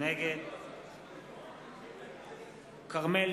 נגד כרמל